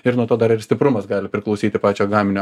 ir nuo to dar ir stiprumas gali priklausyti pačio gaminio